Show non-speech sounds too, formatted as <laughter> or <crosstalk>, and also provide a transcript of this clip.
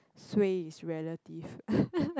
suay is relative <laughs>